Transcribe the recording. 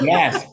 Yes